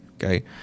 Okay